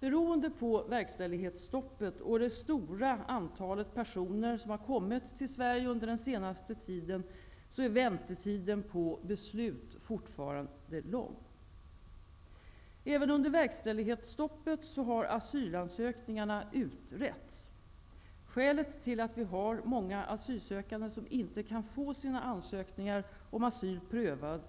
Beroende på verkställighetsstoppet och det stora antalet personer som har kommit till Sverige under den senaste tiden är väntetiden på beslut fortfarande lång. Även under verkställighetsstoppet har asylansökningarna utretts. Skälet till att vi har många asylsökande som inte kan få sina ansökningar om asyl prövade